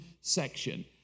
section